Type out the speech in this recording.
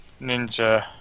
Ninja